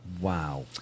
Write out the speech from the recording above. wow